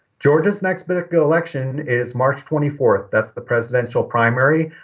georgia's next big election is march twenty fourth. that's the presidential primary.